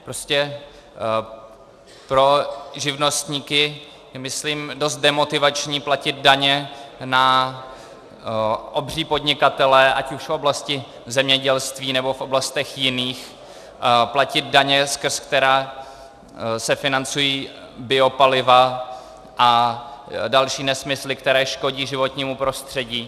Prostě pro živnostníky je myslím dost demotivační platit daně na obří podnikatele, ať už v oblasti zemědělství, nebo v oblastech jiných, platit daně, skrze které se financují biopaliva a další nesmysly, které škodí životnímu prostředí.